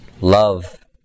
love